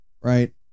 right